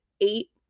eight